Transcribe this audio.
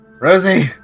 Rosie